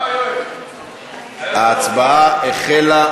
ההצבעה החלה.